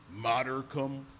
Modercum